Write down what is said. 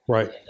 Right